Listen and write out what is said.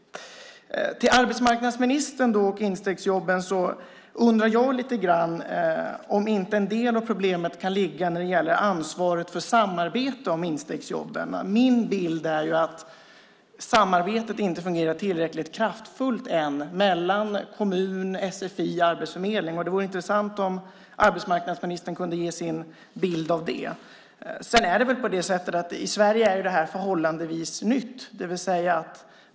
Till arbetsmarknadsministern vill jag säga att jag undrar lite grann om inte en del av problemet kan ligga på ansvaret för samarbetet om instegsjobben. Min bild är att samarbetet inte fungerar tillräckligt kraftfullt än mellan kommun, sfi och arbetsförmedling. Det vore intressant om arbetsmarknadsministern kunde ge sin bild av det. I Sverige är det här förhållandevis nytt.